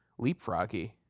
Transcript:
leapfroggy